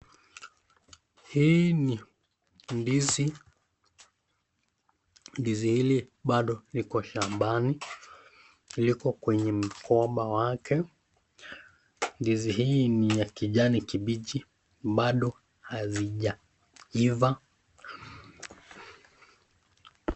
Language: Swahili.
Hii ni ndizi. Ndizi hili bado iko shambani. Iko kwenye mkoba wake. Ndizi hii ni ya kijani kibichi, bado hazijaiva.